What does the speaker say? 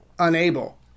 Unable